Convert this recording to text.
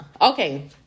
Okay